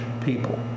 people